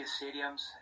stadiums